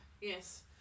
Yes